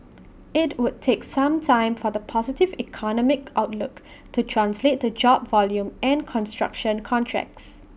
IT would take some time for the positive economic outlook to translate to job volume and construction contracts